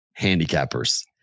handicappers